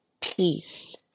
peace